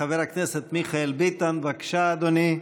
חבר הכנסת מיכאל ביטון, בבקשה, אדוני,